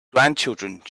grandchildren